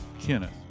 Kenneth